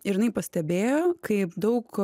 ir jinai pastebėjo kaip daug